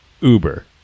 uber